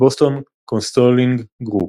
"בוסטון קונסלטינג גרופ".